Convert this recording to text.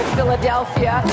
Philadelphia